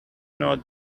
know